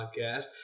podcast